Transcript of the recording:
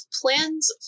plans